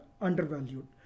undervalued